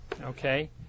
okay